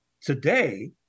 Today